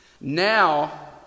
Now